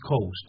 Coast